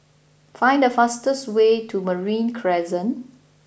find the fastest way to Marine Crescent